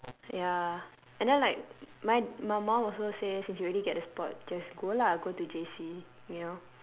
ya and then like mine my mom also say since you already get the spot just go lah go to J_C you know